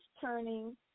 turning